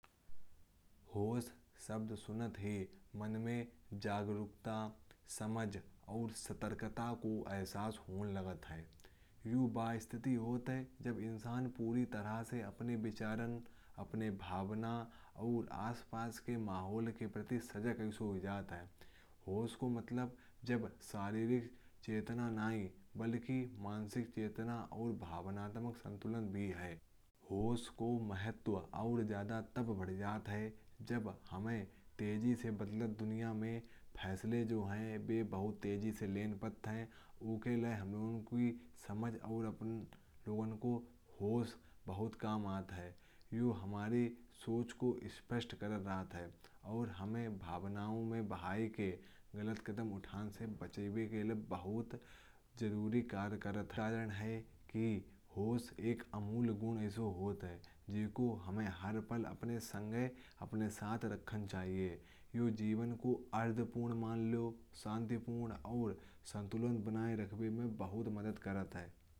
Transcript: होश शब्द सुनते ही मन में जागरूकता समझ और सतर्कता का एहसास होने लगता है। ये वो स्थिति होती है जब इंसान पूरी तरह से अपने विचारों। अपनी भावनाओं और आस पास के माहौल के प्रति सजग और सूझ बूझ से भरा होता है। होश का मतलब सिर्फ शारीरिक चेतना नहीं। बल्कि मानसिक चेतना और भावनात्मक संतुलन भी होता है। होश का महत्व तब और बढ़ जाता है जब हमें तेजी से बदलते दुनिया में फैसले लेने होते हैं। इसके लिए हमारी समझ और अपने लोगों का होश बहुत काम आता है। ये हमारी सोच को स्पष्ट कर रहा है। और हमें भावनाओं में बहने से या गलत कदम उठाने से बचने के लिए ज़रूरी होता है। होश एक अमूल्य गुण है जिसे हमें हर पल अपने साथ रखना चाहिए। ये जीवन को अर्ध पूर्ण शांतिपूर्ण और संतुलन बनाए रखने में बहुत मदद करता है।